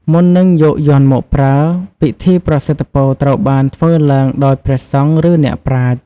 មុននឹងយកយ័ន្តមកប្រើ ពិធីប្រសិទ្ធិពរត្រូវបានធ្វើឡើងដោយព្រះសង្ឃឬអ្នកប្រាជ្ញ។